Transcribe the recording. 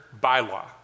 bylaw